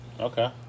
Okay